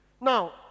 Now